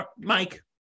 Mike